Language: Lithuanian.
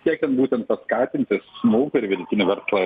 siekiant būtent paskatinti smulkų ir vidutinį verslą